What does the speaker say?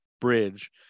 Bridge